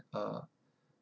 uh